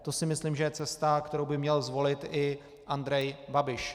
To si myslím, že je cesta, kterou by měl zvolit i Andrej Babiš.